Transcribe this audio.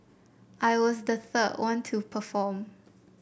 I was the third one to perform